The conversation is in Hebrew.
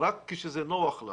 רק כשזה נוח לה